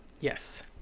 Yes